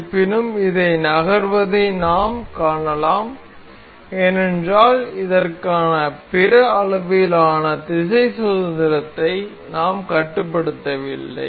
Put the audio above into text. இருப்பினும் இதை நகர்வதை நாம் காணலாம் ஏனென்றால் இதற்கான பிற அளவிலான திசை சுதந்திரத்தை நாம் கட்டுப்படுத்தவில்லை